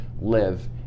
live